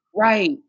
Right